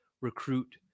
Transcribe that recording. recruit